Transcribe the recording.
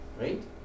Right